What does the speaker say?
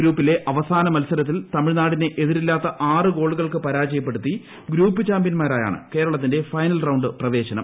ഗ്രൂപ്പിലെ അവസാന മത്സരത്തിൽ തമിഴ്നാടിനെ എതിരില്ലാത്ത ആറ് ഗോളുകൾക്ക് പരാജയപ്പെടുത്തി ഗ്രൂപ്പ് ചാമ്പ്യന്മാരായാണ് കേരളത്തിന്റെ പൈനൽ റൌണ്ട് പ്രവേശനം